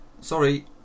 sorry